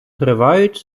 тривають